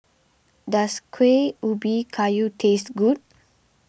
does Kuih Ubi Kayu taste good